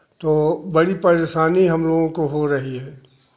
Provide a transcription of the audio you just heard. तो बड़ी परेशानी हम लोगों को हो रही है